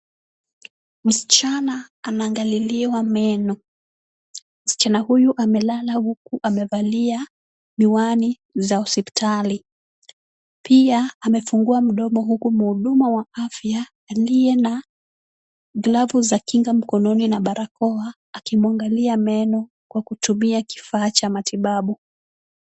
Msichana anaangaliliwa meno. Msichana huyu amelala huku amevalia miwani za hospitali. Pia amefungua mdomo huku mhuduma wa afya aliye na glavu za kinga mkononi na barakoa, akimwangalia meno kwa kutumia kifaa cha matibabu.